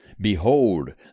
Behold